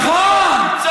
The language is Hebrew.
נכון?